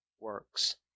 works